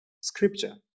scripture